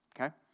okay